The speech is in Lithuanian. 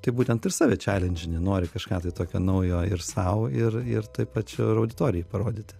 tai būtent ir save čelendžini nori kažką tai tokio naujo ir sau ir ir tuo pačiu ir auditorijai parodyti